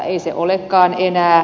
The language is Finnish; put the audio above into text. ei se olekaan enää